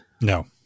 No